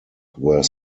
were